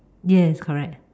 yes correct